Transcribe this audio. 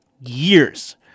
years